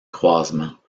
croisement